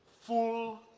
Full